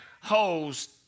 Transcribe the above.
holes